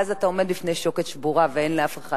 ואז אתה עומד בפני שוקת שבורה ואין לאף אחד,